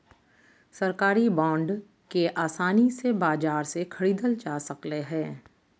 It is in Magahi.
सरकारी बांड के आसानी से बाजार से ख़रीदल जा सकले हें